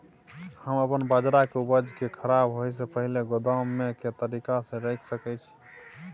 हम अपन बाजरा के उपज के खराब होय से पहिले गोदाम में के तरीका से रैख सके छी?